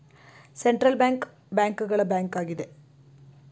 central bank bank ಗಳ bank ಆಗಿದೆ